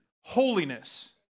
Holiness